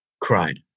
cried